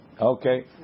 Okay